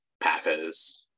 Packers –